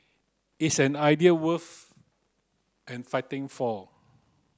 is an idea worth and fighting for